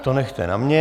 To nechte na mně.